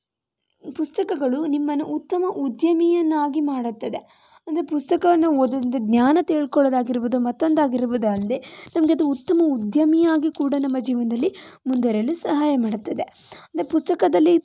ಪುಸ್ತಕಗಳು ನಿಮ್ಮನ್ನು ಉತ್ತಮ ಉದ್ಯಮಿಯನ್ನಾಗಿ ಮಾಡುತ್ತದೆ ಅಂದರೆ ಪುಸ್ತಕನ ಓದೋದು ಒಂದು ಜ್ಞಾನ ತಿಳ್ಕೊಳ್ ಆಗಿರ್ಬೋದು ಮತ್ತೊಂದು ಆಗಿರ್ಬೋದು ಅಲ್ಲದೆ ಸೊ ನಮಗೆ ಉತ್ತಮ ಉದ್ಯಮಿಯಾಗಿ ಕೂಡ ನಮ್ಮ ಜೀವನದಲ್ಲಿ ಮುಂದುವರಿಯಲು ಸಹಾಯ ಮಾಡುತ್ತದೆ ಅಂದರೆ ಪುಸ್ತಕದಲ್ಲಿ